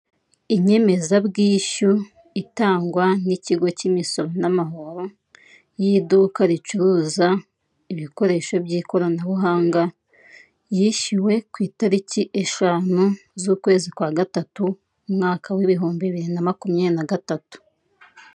Inyemezabwishyu itangwa n'ikigo cy'imisoro n'amahoro, n'iduka ricuruza ibikoresho by'ikoranabuhanga yishyuwe ku itariki eshanu z'ukwezi kwa gatatu, umwaka w'ibihumbi bibiri na makumyabiri na gatatu.